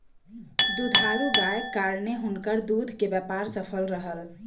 दुधारू गायक कारणेँ हुनकर दूध के व्यापार सफल रहल